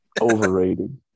Overrated